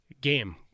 game